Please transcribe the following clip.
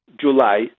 July